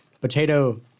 Potato